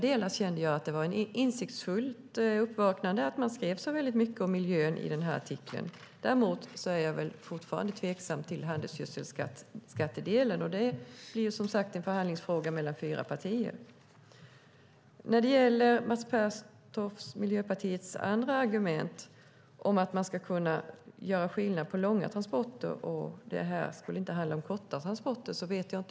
Det var ett insiktsfullt uppvaknande att man skrev så mycket om miljön i denna artikel. Däremot är jag fortfarande tveksam till delen om handelsgödselskatt, men det blir som sagt en förhandlingsfråga mellan fyra partier. Mats Pertoft och Miljöpartiet argumenterar för att man ska göra skillnad på långa och korta transporter.